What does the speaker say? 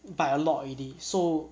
buy a lot already so